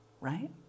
right